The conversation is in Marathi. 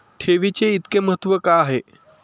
ठेवीचे इतके महत्व का आहे?